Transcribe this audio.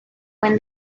when